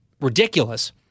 ridiculous